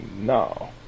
no